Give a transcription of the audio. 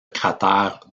cratère